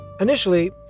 Initially